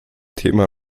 thema